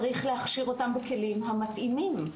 צריך להכשיר אותם בכלים המתאימים.